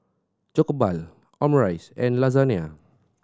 Jokbal Omurice and Lasagna